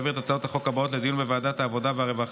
הכנסת החליטה להעביר את הצעות החוק הבאות לדיון בוועדת העבודה והרווחה: